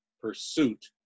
pursuit